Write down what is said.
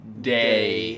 day